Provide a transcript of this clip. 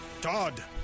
Todd